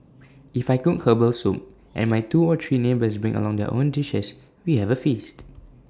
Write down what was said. if I cook Herbal Soup and my two or three neighbours bring along their own dishes we have A feast